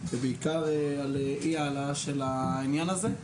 ובעיקר אי העלאה של העניין הזה.